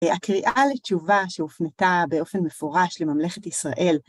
הקריאה לתשובה שהופנתה באופן מפורש לממלכת ישראל.